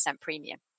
premium